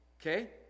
Okay